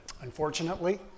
unfortunately